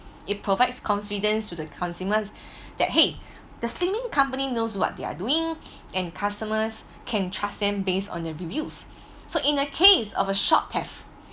it provides confidence with the consumers that !hey! the slimming company knows what they're doing and customers can trust them based on their reviews so in a case of a shop theft